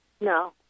No